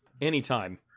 Anytime